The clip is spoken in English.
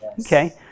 Okay